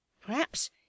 Perhaps